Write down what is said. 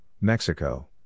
Mexico